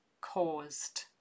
caused